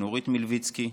נורית מלביצקי,